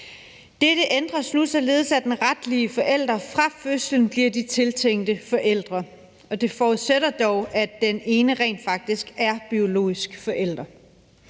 Dette ændres nu, således at den retlige forælder fra fødslen bliver den tiltænkte forælder, og det forudsætter dog, at den ene rent faktisk er den biologiske forælder.